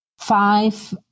five